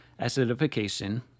acidification